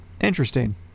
Interesting